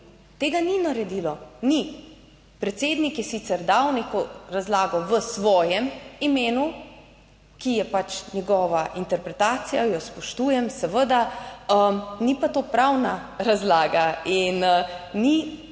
tega ni naredilo, ni. Predsednik je sicer dal neko razlago v svojem imenu, ki je pač njegova interpretacija, jo spoštujem, seveda, ni pa to pravna razlaga in ni